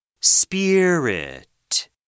Spirit